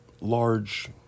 large